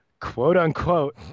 quote-unquote